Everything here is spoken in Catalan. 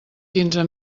quinze